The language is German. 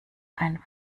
ein